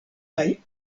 kaj